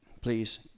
please